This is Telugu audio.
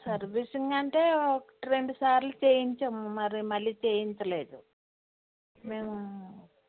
సర్వీసింగ్ అంటే ఒకటి రెండు సార్లు చేయించాము మరి మళ్ళీ చేయించలేదు మేము